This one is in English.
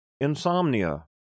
insomnia